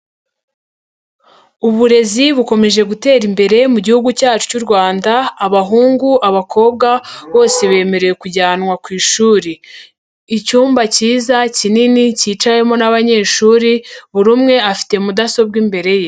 Uburezi bukomeje gutera imbere mu gihugu cyacu cy'u Rwanda abahungu, abakobwa bose bemerewe kujyanwa ku ishuri, icyumba cyiza kinini cyicawemo n'abanyeshuri buri umwe afite mudasobwa imbere ye.